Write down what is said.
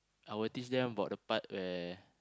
I will teach them about the part where